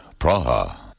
Praha